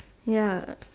ya